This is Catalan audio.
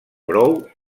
brou